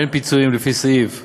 בין פיצויים לפי סעיף 13(1)